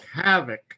havoc